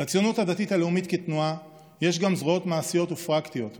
לציונות הדתית-לאומית כתנועה יש גם זרועות מעשיות ופרקטיות,